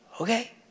Okay